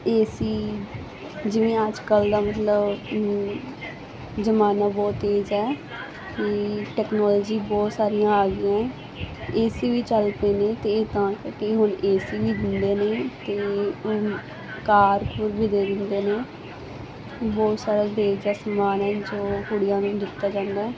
AC ਜਿਵੇਂ ਅੱਜ ਕੱਲ ਦਾ ਮਤਲਬ ਜਮਾਨਾ ਬਹੁਤ ਤੇਜ਼ ਹੈ ਕਿ ਟੈਕਨੋਲਜੀ ਬਹੁਤ ਸਾਰੀਆਂ ਆ ਗਈਆਂ ਏਸੀ ਵੀ ਚਲਦੇ ਨੇ ਤੇ ਇਦਾਂ ਹੀ ਹੁੰਦੇ ਨੇ ਤੇ ਉਹ ਕਾਰ ਵੀ ਦੇ ਦਿੰਦੇ ਨੇ ਬਹੁਤ ਸਾਰਾ ਦਹੇਜ ਦਾ ਸਾਮਾਨ ਹੈ ਜੋ ਕੁੜੀਆਂ ਨੂੰ ਦਿੱਤਾ ਜਾਂਦਾ